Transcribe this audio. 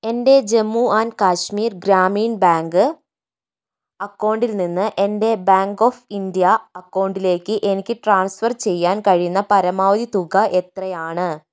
എൻ്റെ Jammu and Kashmir Gramin bank അക്കൗണ്ടിൽ നിന്ന് എൻ്റെ ബാങ്ക് ഓഫ് ഇന്ത്യ അക്കൗണ്ടിലേക്ക് എനിക്ക് ട്രാൻസ്ഫർ ചെയ്യാൻ കഴിയുന്ന പരമാവധി തുക എത്രയാണ്